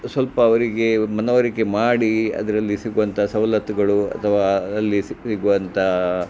ಸ್ವಲ್ಪ ಅವರಿಗೆ ಮನವರಿಕೆ ಮಾಡಿ ಅದರಲ್ಲಿ ಸಿಗುವಂಥ ಸವಲತ್ತುಗಳು ಅಥವಾ ಅಲ್ಲಿ ಸಿಗುವಂಥ